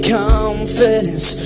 confidence